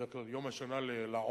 בדרך כלל יום השנה לעוני,